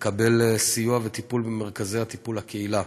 לקבל סיוע וטיפול במרכזי הטיפול בקהילה.